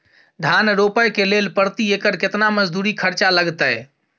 धान रोपय के लेल प्रति एकर केतना मजदूरी खर्चा लागतेय?